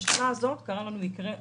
בשנה הזאת קרה לנו מקרה חריג,